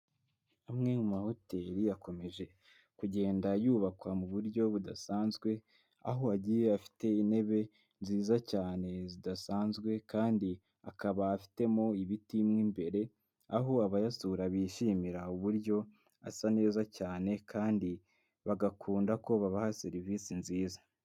Amwe mu mahoteri akomeje kugenda yubakwa mu buryo budasanzwe aho agiye afite intebe nziza cyane zidasanzwe, kandi akaba afitemo ibiti mo imbere aho abayasura bishimira uburyo asa neza cyane kandi bagakunda ko babaha serivisi nziza.